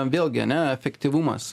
vėlgi ane efektyvumas